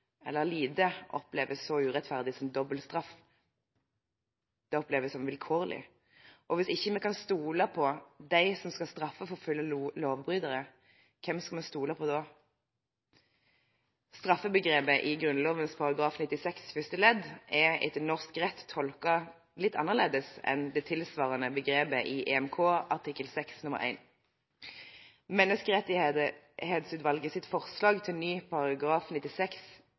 oppleves så urettferdig som dobbeltstraff. Det oppleves som vilkårlig. Hvis vi ikke kan stole på dem som skal straffeforfølge lovbrytere, hvem skal vi stole på da? Straffebegrepet i Grunnloven § 96 første ledd er etter norsk rett tolket litt annerledes enn det tilsvarende begrepet i EMK artikkel 6 nr. 1. Menneskerettighetsutvalgets forslag til ny § 96